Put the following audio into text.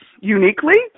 uniquely